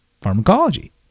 pharmacology